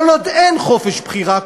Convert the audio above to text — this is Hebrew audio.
כל עוד אין חופש בחירה,